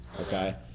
okay